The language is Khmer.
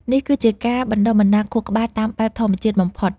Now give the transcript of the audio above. នេះគឺជាការបណ្តុះបណ្តាលខួរក្បាលតាមបែបធម្មជាតិបំផុត